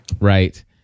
Right